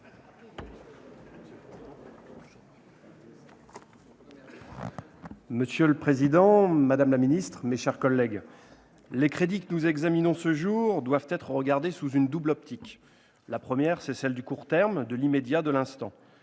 Monsieur le président, madame la ministre, mes chers collègues, les crédits que nous examinons ce jour doivent être envisagés au travers d'une double optique. La première est celle du court terme, de l'immédiat, de l'instant.